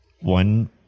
One